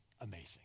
Amazing